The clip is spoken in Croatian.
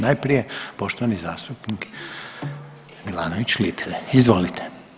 Najprije poštovani zastupnik Milanović Litre, izvolite.